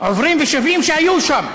תושבים, עוברים ושבים שהיו שם.